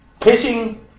pitching